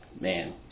Man